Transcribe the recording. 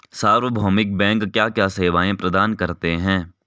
सार्वभौमिक बैंक क्या क्या सेवाएं प्रदान करते हैं?